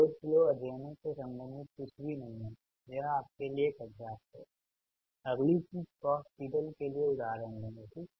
load flow अध्ययनों से संबंधित कुछ भी नहीं यह आपके लिए एक अभ्यास है अगली चीज गॉस सिडल के लिए उदाहरण लेंगे ठीक